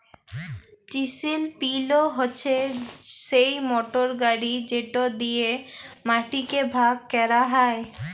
chisel পিলও হছে সেই মটর গাড়ি যেট দিঁয়ে মাটিকে ভাগ ক্যরা হ্যয়